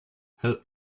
help